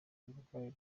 uburwayi